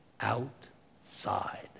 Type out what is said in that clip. outside